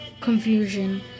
confusion